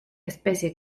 especie